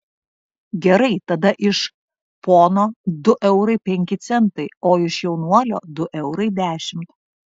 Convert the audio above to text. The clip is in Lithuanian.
gerai tada iš pono du eurai penki centai o iš jaunuolio du eurai dešimt